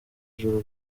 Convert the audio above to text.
joro